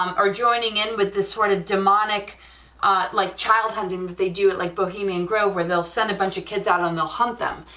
um or joining in with this sort of demonic ah like child handling that they do, like bohemian grove where they'll send a bunch of kids out and they'll hunt them.